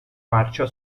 marcia